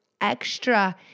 extra